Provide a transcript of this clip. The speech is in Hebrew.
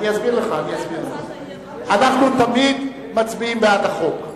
אני אסביר לך: אנחנו תמיד מצביעים בעד החוק.